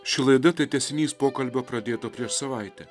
ši laida tai tęsinys pokalbio pradėto prieš savaitę